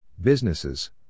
Businesses